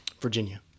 Virginia